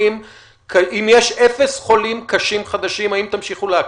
אם יש אפס חולים קשים חדשים, האם תמשיכו לאכן?